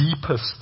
deepest